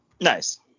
Nice